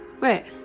Wait